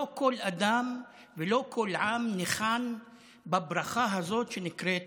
לא כל אדם ולא כל עם ניחן בברכה הזאת שנקראת